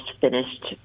finished